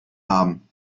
haben